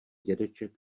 dědeček